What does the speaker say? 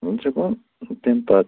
وۄنۍ سُہ گوٚو ٲں تَمہِ پَتہٕ